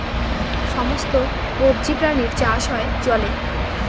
সমস্ত কবজি প্রাণীর চাষ হয় জলে